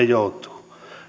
joutuu